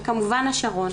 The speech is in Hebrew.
וכמובן השרון.